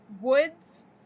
woods